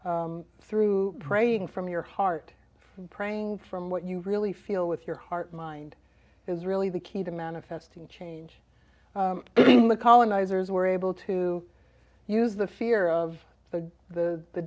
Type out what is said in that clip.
through praying from your heart from praying from what you really feel with your heart mind is really the key to manifesting change in the colonizers were able to use the fear of the the the